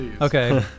Okay